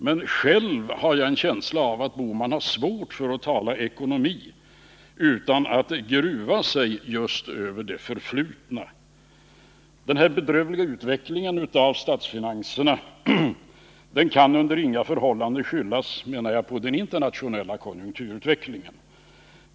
Men själv har jag en känsla av att Gösta Bohman har svårt för att tala ekonomi utan att gruva sig just över det förflutna. Denna bedrövliga utveckling av statsfinanserna kan under inga förhållanden skyllas på den internationella konjunkturutvecklingen.